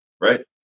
right